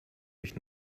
durch